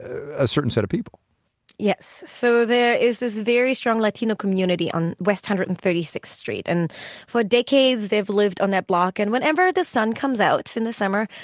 a certain set of people yes. so there is this very strong latino community on west one hundred and thirty sixth street, and for decades they've lived on that block. and whenever the sun comes out in the summer,